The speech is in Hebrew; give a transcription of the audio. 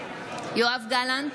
יואב גלנט,